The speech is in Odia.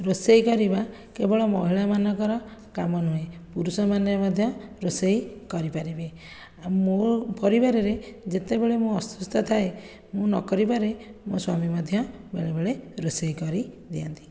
ରୋଷେଇ କରିବା କେବଳ ମହିଳାମାନଙ୍କର କାମ ନୁହେଁ ପୁରୁଷମାନେ ମଧ୍ୟ ରୋଷେଇ କରିପାରିବେ ଆଉ ମୋ' ପରିବାରରେ ଯେତେବେଳେ ମୁଁ ଅସୁସ୍ଥ ଥାଏ ମୁଁ ନକରିପାରେ ମୋ ସ୍ୱାମୀ ମଧ୍ୟ ବେଳେବେଳେ ରୋଷେଇ କରିଦିଅନ୍ତି